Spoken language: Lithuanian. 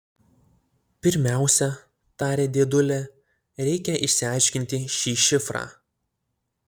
pirmiausia tarė dėdulė reikia išsiaiškinti šį šifrą